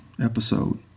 episode